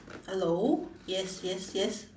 hello yes yes yes